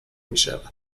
میشود